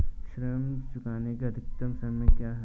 ऋण चुकाने का अधिकतम समय क्या है?